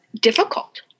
difficult